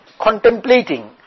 contemplating